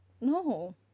No